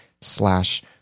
slash